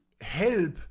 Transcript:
help